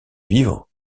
vivant